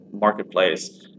marketplace